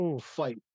fight